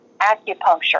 Acupuncture